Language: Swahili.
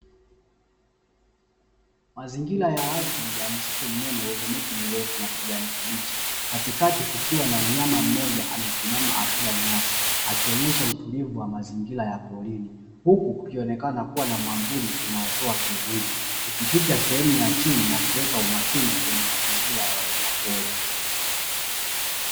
Mazingira ya asili ya msitu mnene wenye miti mifeu na kijani kibichi. Katikati kukiwa na mnyama mmoja amesimama akila nyasi, akionyesha utulivu wa mazingira ya porini. Huku kukionekena kuwa na mwamvuli unaotoa kivuli, ukificha sehemu ya chini na kuweka umakini kwenye mazingira ya wanyama pori.